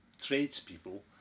tradespeople